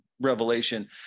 revelation